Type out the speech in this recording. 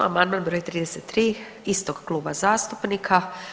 Amandman br. 33 istog kluba zastupnika.